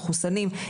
מחוסנים,